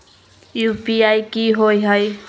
UPI कि होअ हई?